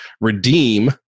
redeem